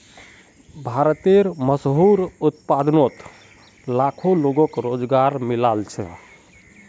भारतेर मशहूर उत्पादनोत लाखों लोगोक रोज़गार मिलाल छे